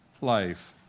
life